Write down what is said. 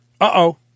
Uh-oh